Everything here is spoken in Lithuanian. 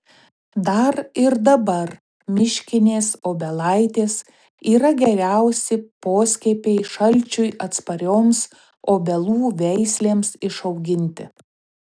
dar ir dabar miškinės obelaitės yra geriausi poskiepiai šalčiui atsparioms obelų veislėms išauginti